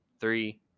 three